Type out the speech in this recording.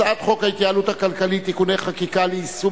הצעת חוק ההתייעלות הכלכלית (תיקוני חקיקה ליישום